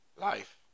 Life